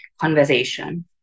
conversation